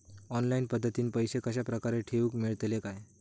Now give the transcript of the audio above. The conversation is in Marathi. ऑनलाइन पद्धतीन पैसे कश्या प्रकारे ठेऊक मेळतले काय?